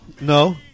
No